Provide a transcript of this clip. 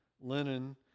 linen